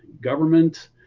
government